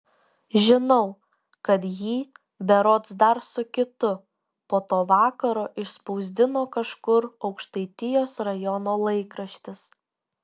žinau kad jį berods dar su kitu po to vakaro išspausdino kažkur aukštaitijos rajono laikraštis